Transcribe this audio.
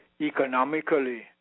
economically